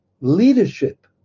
leadership